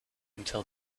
until